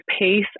pace